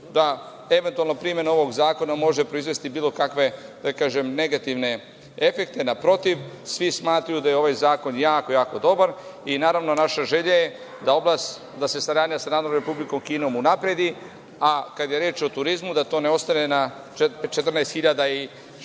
da eventualno primena ovog zakona može proizvesti bilo kakve, da kažem, negativne efekte, naprotiv, svi smatraju da je ovaj zakon jako, jako dobar. Naravno, naša želja je da se saradnja sa Narodnom Republikom Kinom unapredi, a kada je reč o turizmu, da to ne ostane na 14.692 ili